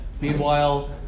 Meanwhile